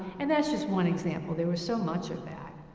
and that's just one example. there was so much of that.